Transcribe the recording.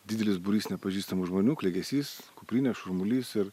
didelis būrys nepažįstamų žmonių klegesys kuprinės šurmulys ir